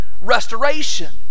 restoration